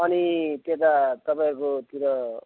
अनि त्यता तपाईँकोतिर